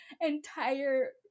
entire